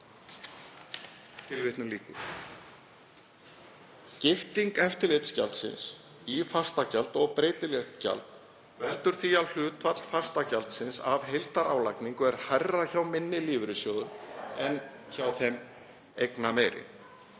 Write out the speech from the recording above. endurskoðunar.“ Skipting eftirlitsgjaldsins í fastagjald og breytilegt gjald veldur því að hlutfall fastagjaldsins af heildarálagningu er hærra hjá minni lífeyrissjóðum en hjá þeim eignameiri.